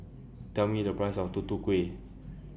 Tell Me The Price of Tutu Kueh